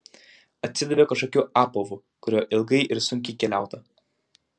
atsidavė kažkokiu apavu kuriuo ilgai ir sunkiai keliauta